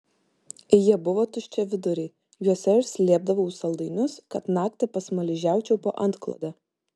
jie buvo tuščiaviduriai juose aš slėpdavau saldainius kad naktį pasmaližiaučiau po antklode